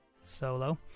Solo